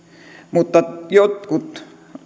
mutta jotkut